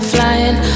Flying